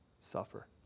suffer